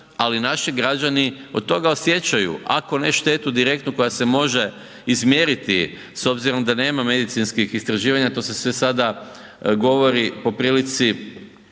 ali naši građani od toga osjećaju ako ne štetu direktnu koja se može izmjeriti s obzirom da nema medicinskih istraživanja, to se sve sada govori po prilici